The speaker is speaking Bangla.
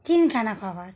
তিনখানা খাবার